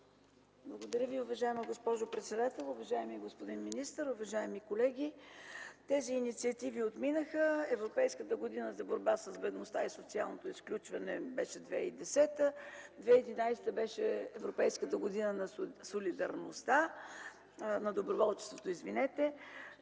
Благодаря Ви, уважаема госпожо председател. Уважаеми господин министър, уважаеми колеги! Тези инициативи отминаха. Европейската година за борба с бедността и социалното изключване беше 2010 г., 2011 г. беше Европейската година на доброволчеството. Много